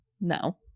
No